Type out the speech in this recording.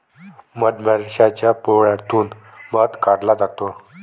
मधमाशाच्या पोळ्यातून मध काढला जातो